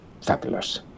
fabulous